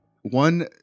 one